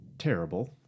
terrible